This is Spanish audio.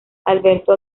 alberto